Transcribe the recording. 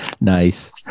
Nice